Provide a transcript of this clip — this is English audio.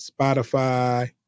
Spotify